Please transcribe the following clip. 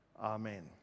Amen